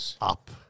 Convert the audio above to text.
up